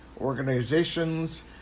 organizations